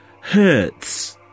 hurts